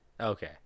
Okay